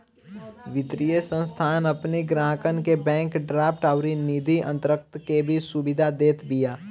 वित्तीय संस्थान अपनी ग्राहकन के बैंक ड्राफ्ट अउरी निधि अंतरण के भी सुविधा देत बिया